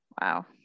Wow